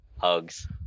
Hugs